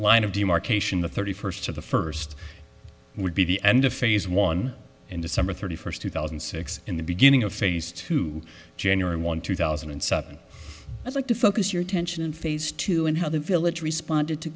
line of demarcation the thirty first to the first would be the end of phase one in december thirty first two thousand and six in the beginning of phase two january one two thousand and seven i'd like to focus your attention in phase two and how the village responded to